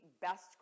best